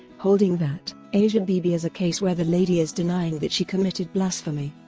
holding that, asia bibi is a case where the lady is denying that she committed blasphemy,